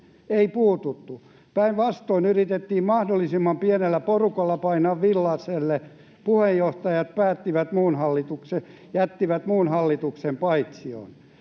Ei puututtu. Päinvastoin yritettiin mahdollisimman pienellä porukalla painaa villaisella — puheenjohtajat jättivät muun hallituksen paitsioon.